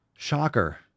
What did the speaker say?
Shocker